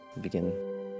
begin